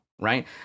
Right